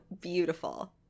beautiful